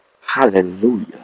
Hallelujah